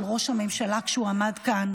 של ראש הממשלה כשהוא עמד כאן,